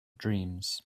dreams